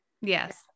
yes